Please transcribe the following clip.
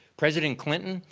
president clinton,